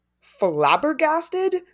flabbergasted